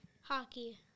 Hockey